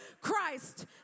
Christ